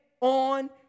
on